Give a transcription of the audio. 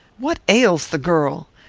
what ails the girl?